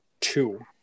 two